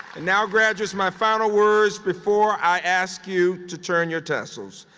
and now, graduates, my final words before i ask you to turn your tassels.